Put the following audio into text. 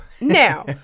Now